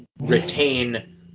retain